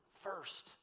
first